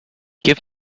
give